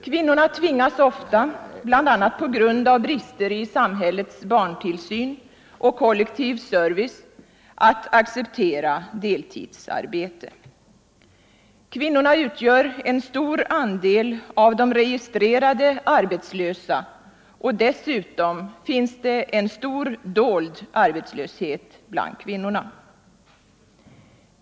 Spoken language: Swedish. Kvinnorna tvingas ofta, bl.a. på grund av brister i samhällets barntillsyn och kollektivservice, att acceptera deltidsarbete. Kvinnorna utgör stor andel av de registrerade arbetslösa, och dessutom finns det en stor dold arbetslöshet bland kvinnorna.